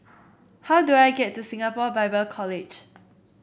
how do I get to Singapore Bible College